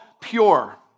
pure